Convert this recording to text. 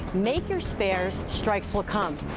make your spares, strikes will come.